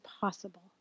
possible